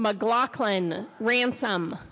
mclaughlin ransom